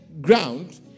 ground